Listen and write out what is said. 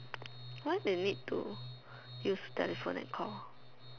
why they need to use telephone and call